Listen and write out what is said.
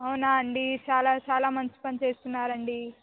అవునా అండి చాలా చాలా మంచి పని చేస్తున్నారండి